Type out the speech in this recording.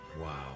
Wow